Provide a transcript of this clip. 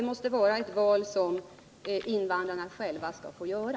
Det måste vara ett val som invandrarna själva får göra.